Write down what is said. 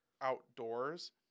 outdoors